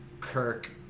Kirk